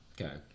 Okay